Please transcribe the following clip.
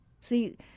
See